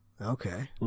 Okay